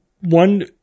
One